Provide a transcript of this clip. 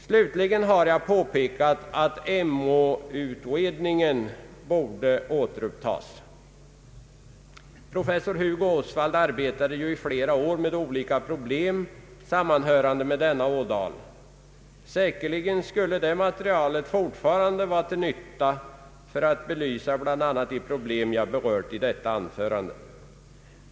Slutligen har jag påpekat att Emåutredningen borde återupptas. Professor Hugo Osvald arbetade ju i flera år med olika problem sammanhörande med denna ådal. Säkerligen skulle det materialet fortfarande vara till nytta för att belysa bl.a. de problem som jag har berört i detta anförande.